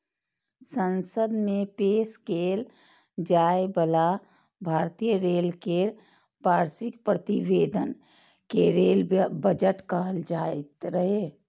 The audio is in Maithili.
संसद मे पेश कैल जाइ बला भारतीय रेल केर वार्षिक प्रतिवेदन कें रेल बजट कहल जाइत रहै